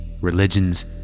religions